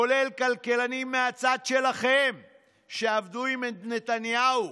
כולל כלכלנים מהצד שלכם שעבדו עם נתניהו,